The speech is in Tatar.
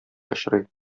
очрый